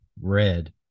red